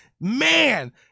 man